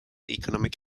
economic